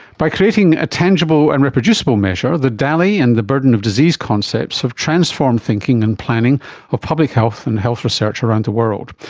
by creating a tangible and reproducible measure, the daly and the burden of disease concepts have transformed thinking and planning of public health and health research around the world.